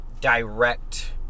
direct